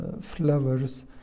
flowers